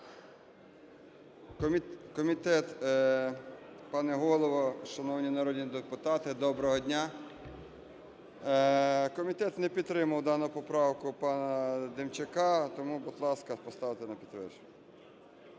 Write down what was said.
Комітет не підтримав дану поправку пана Демчака. Тому, будь ласка, поставте на підтвердження.